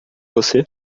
você